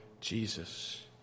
Jesus